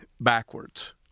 backwards